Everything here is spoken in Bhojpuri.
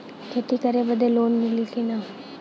खेती करे बदे लोन मिली कि ना?